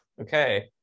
Okay